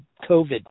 COVID